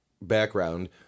background